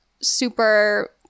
super